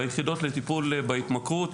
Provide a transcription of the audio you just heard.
ביחידות לטיפול בהתמכרות.